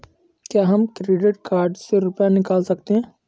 क्या हम credit card से रुपये निकाल सकते हैं?